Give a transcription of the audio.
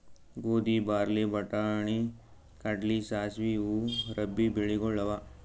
ಗೋಧಿ, ಬಾರ್ಲಿ, ಬಟಾಣಿ, ಕಡ್ಲಿ, ಸಾಸ್ವಿ ಇವು ರಬ್ಬೀ ಬೆಳಿಗೊಳ್ ಅವಾ